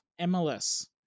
MLS